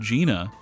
Gina